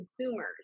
consumers